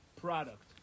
product